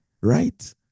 right